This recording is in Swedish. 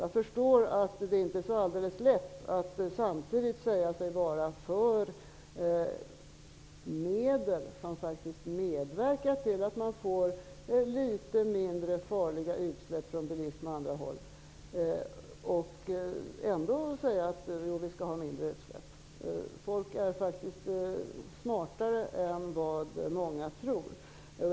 Jag förstår att det inte är helt lätt att samtidigt vara mot åtgärder som faktiskt medverkar till att det blir litet mindre farliga utsläpp från bl.a. bilismen och hävda att vi skall ha mindre utsläpp. Folk är faktiskt smartare än vad många tror.